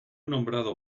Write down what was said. nombrado